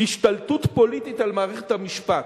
"השתלטות פוליטית על מערכת המשפט".